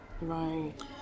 Right